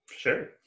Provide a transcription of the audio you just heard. Sure